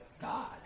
God